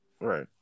right